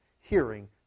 hearing